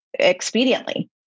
expediently